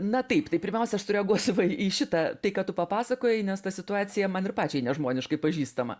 na taip taip tai pirmiausia aš sureaguosiu į šitą tai ką tu papasakojai nes ta situacija man ir pačiai nežmoniškai pažįstama